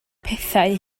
pethau